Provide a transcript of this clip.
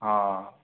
हा